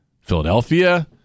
Philadelphia